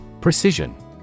PRECISION